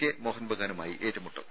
K Mohun ബഗാനുമായി ഏറ്റുമുട്ടും